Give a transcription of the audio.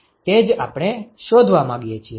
તે જ આપણે શોધવા માગીએ છીએ બરાબર